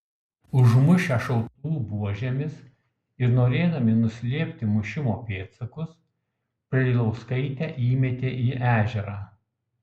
užmušę šautuvų buožėmis ir norėdami nuslėpti mušimo pėdsakus preilauskaitę įmetė į ežerą